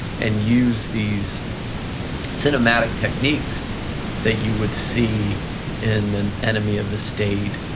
and used these cinematic techniques that you would see in an enemy of the state,